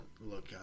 look